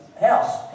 house